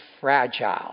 fragile